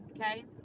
Okay